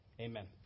Amen